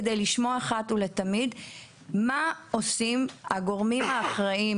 כדי לשמוע אחת ולתמיד מה עושים הגורמים האחראיים